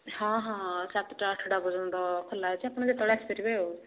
ହଁ ହଁ ସାତଟା ଆଠଟା ପର୍ଯ୍ୟନ୍ତ ଖୋଲା ଅଛି ଆପଣ ଯେତେବେଳେ ଆସିପାରିବେ ଆଉ